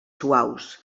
suaus